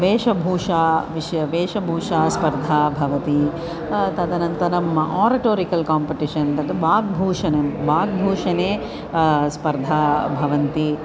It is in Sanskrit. वेशभूषा विषय वेशभूषास्पर्धा भवति तदनन्तरम् आर्टोरिकल् काम्पिटेषन् तद् वाग्भूषणं वाग्भूषणे स्पर्धाः भवन्ति